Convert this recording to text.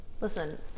listen